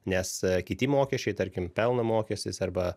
nes kiti mokesčiai tarkim pelno mokestis arba